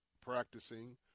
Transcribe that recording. practicing